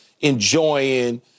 enjoying